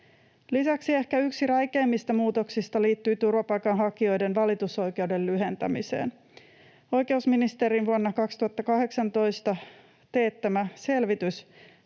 Lisäksi ehkä yksi räikeimmistä muutoksista liittyy turvapaikanhakijoiden valitusoikeuden lyhentämiseen. Oikeusministerin vuonna 2018 teettämä selvitys,